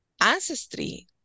ancestry